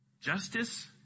Justice